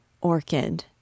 Orchid